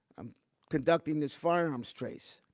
i'm conducting this firearms trace.